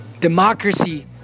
democracy